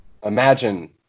Imagine